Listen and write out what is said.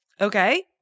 Okay